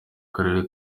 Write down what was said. karere